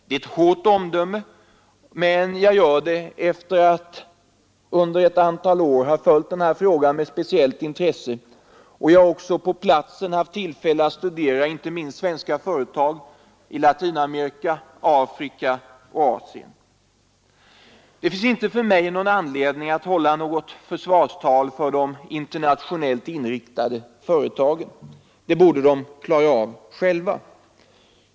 Det är ett hårt omdöme, men jag gör det efter att under ett antal år ha följt den här frågan med speciellt intresse. Jag har också på platsen haft tillfälle att studera inte minst svenska företag i Latinamerika, Afrika och Asien. Det finns ingen anledning för mig att hålla något försvarstal för de internationellt inriktade företagen. Det torde de klara av själva.